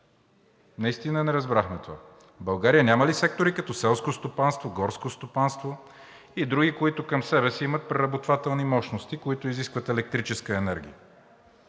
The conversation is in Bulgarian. Наистина не разбрахме това. В България няма ли сектори, като селско стопанство, горско стопанство и други, които към себе си имат преработвателни мощности, които изискват електрическа енергия?